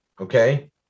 Okay